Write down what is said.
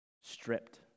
Stripped